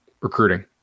Recruiting